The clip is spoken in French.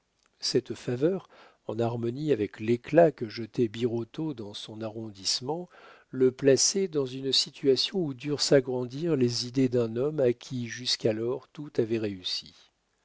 cette faveur en harmonie avec l'éclat que jetait birotteau dans son arrondissement le plaçait dans une situation où durent s'agrandir les idées d'un homme à qui jusqu'alors tout avait réussi